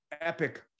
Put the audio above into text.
epic